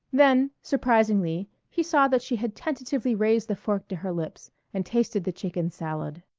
then, surprisingly, he saw that she had tentatively raised the fork to her lips and tasted the chicken salad.